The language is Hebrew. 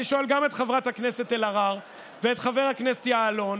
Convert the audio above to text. אני שואל גם את חברת הכנסת אלהרר ואת חבר הכנסת יעלון